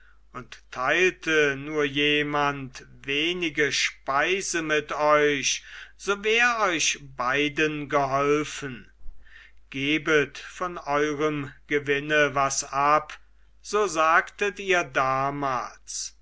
und teilte nur jemand wenige speise mit euch so wär euch beiden geholfen gebet von eurem gewinne was ab so sagtet ihr damals